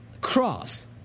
cross